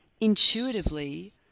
intuitively